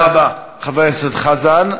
תודה רבה, חבר הכנסת חזן.